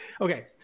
Okay